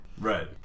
Right